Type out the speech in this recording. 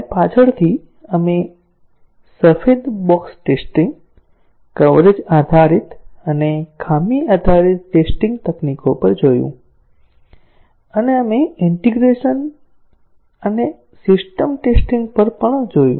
અને પાછળથી આપણે સફેદ બોક્સ ટેસ્ટીંગ કવરેજ આધારિત અને ખામી આધારિત ટેસ્ટીંગ તકનીકો પર જોયું અને આપણે ઈન્ટીગ્રેશન અને સિસ્ટમ ટેસ્ટીંગ પર પણ જોયું